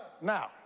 Now